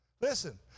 Listen